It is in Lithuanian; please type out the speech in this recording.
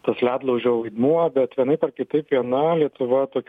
tas ledlaužio vaidmuo bet vienaip ar kitaip viena lietuva tokiu